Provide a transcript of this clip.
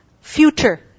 future